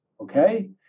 okay